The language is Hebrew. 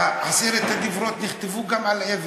עשרת הדיברות נכתבו גם על אבן,